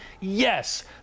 Yes